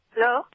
Hello